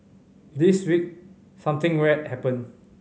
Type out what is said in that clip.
this week something rare happened